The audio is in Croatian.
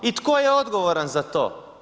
I tko je odgovoran za to?